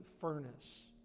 furnace